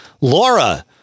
Laura